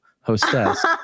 hostess